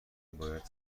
باید